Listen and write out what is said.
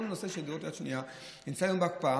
כל הנושא של הדירות יד שנייה נמצא היום בהקפאה.